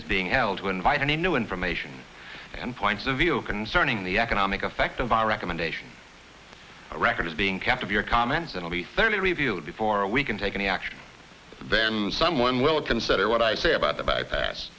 is being held to invite any new information and points of view concerning the economic effect of our recommendation a record of being kept of your comments that will be thoroughly reviewed before we can take any action then someone will consider what i say about the bypass